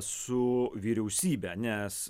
su vyriausybe nes